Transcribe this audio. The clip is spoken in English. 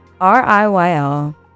R-I-Y-L